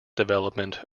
development